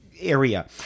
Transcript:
area